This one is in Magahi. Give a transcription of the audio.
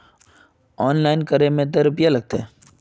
ऑनलाइन करे में ते रुपया लगते?